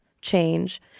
change